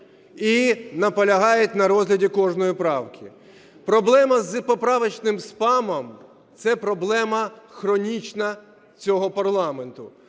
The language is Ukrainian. і наполягають на розгляді кожної правки. Проблема з поправочним спамом – це проблема хронічна цього парламенту.